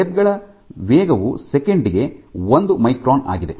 bleb ನ ವೇಗವು ಸೆಕೆಂಡಿ ಗೆ ಒಂದು ಮೈಕ್ರಾನ್ ಆಗಿದೆ